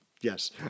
Yes